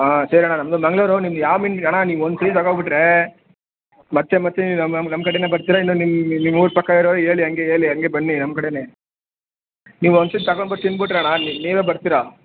ಹಾಂ ಸರಿ ಅಣ್ಣ ನಮ್ಮದು ಮಂಗಳೂರು ನಿಮ್ಗೆ ಯಾವ ಮೀನು ಅಣ್ಣ ನೀವು ಒಂದು ಕೆ ಜಿ ತಗಬಿಟ್ರೇ ಮತ್ತೆ ಮತ್ತೆ ನೀವು ನಮ್ಮ ನಮ್ಮ ಕಡೆಯೇ ಬರ್ತೀರ ಇನ್ನು ನಿಮ್ಮ ನಿಮ್ಮ ಊರ ಪಕ್ಕ ಇರೋರ್ಗೆ ಹೇಳಿ ಹಂಗೆ ಹೇಳಿ ಹಂಗೆ ಬನ್ನಿ ನಮ್ಮ ಕಡೆಯೇ ನೀವು ಒಂದು ಸರ್ತಿ ತಗಂಬಿಟ್ಟು ತಿನ್ಬಿಟ್ರಣ್ಣ ನೀವೇ ಬರ್ತೀರ